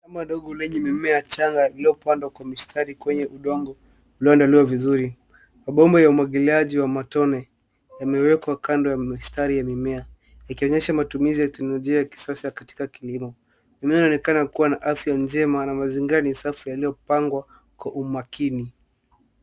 Shamba ndogo lenye mimea chnaga iliyopandwa kwa mistari kwenye udongo ulioandaliwa vizuri. Mabomba ya umwagiliaji wa matone yamewekwa kando ya mistari ya mimea ikionyesha matumizi ya teknolojia ya kisasa katika kilimo. Mimea inaonekana kuwa na afya njema na mazingira ni safi yaliyopangwa kwa umakini.